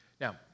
Now